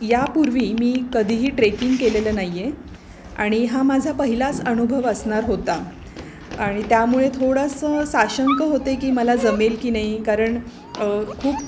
यापूर्वी मी कधीही ट्रेकिंग केलेलं नाही आहे आणि हा माझा पहिलाच अनुभव असणार होता आणि त्यामुळे थोडंसं साशंक होते की मला जमेल की नाही कारण खूप